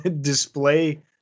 display